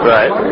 Right